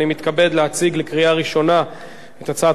אני מתכבד להציג לקריאה ראשונה את הצעת